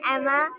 Emma